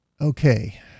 Okay